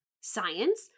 Science